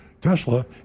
tesla